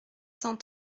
cent